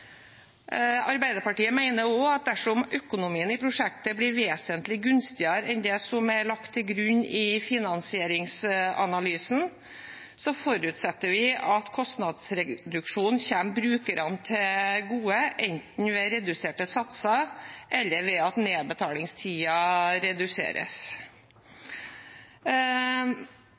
Arbeiderpartiet forutsetter også at dersom økonomien i prosjektet blir vesentlig gunstigere enn det som er lagt til grunn i finansieringsanalysen, skal kostnadsreduksjonen komme brukerne til gode, enten ved reduserte satser eller ved at nedbetalingstiden reduseres.